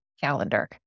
calendar